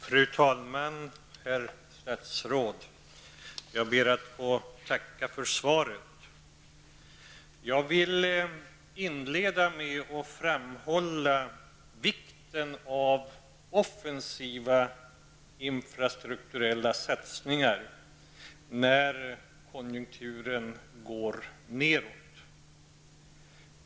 Fru talman! Herr statsråd! Jag ber att få tacka för svaret. Jag vill inleda med att framhålla vikten av offensiva infrastrukturella satsningar när konjunkturen går nedåt.